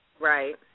Right